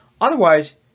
otherwise